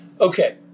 Okay